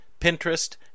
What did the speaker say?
Pinterest